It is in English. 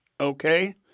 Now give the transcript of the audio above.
okay